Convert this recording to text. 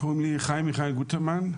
קוראים לי חיים מיכאל גוטרמן,